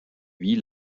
wie